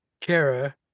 Kara